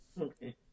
okay